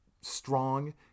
strong